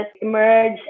emerge